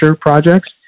projects